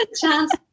chance